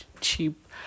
cheap